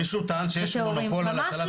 מישהו טען שיש מונופול על הצלת חיים?